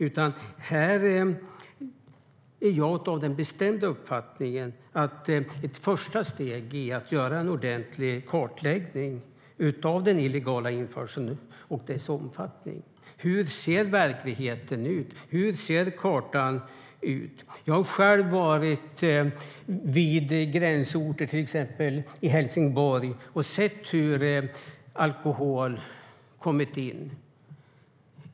Jag är av den bestämda uppfattningen att ett första steg är att göra en ordentlig kartläggning av den illegala införseln och dess omfattning. Hur ser verkligheten ut? Hur ser kartan ut? Jag har själv varit vid gränsorter, till exempel Helsingborg, och sett hur alkohol kommit in.